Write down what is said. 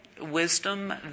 wisdom